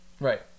right